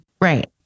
Right